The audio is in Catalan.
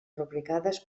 rubricades